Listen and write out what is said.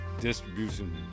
distribution